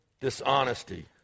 dishonesty